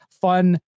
fun